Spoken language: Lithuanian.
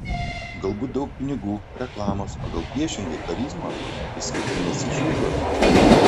galbūt daug pinigų reklamos o gal priešingai charizmos išskirtinės išvaizdos